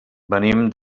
venim